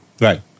Right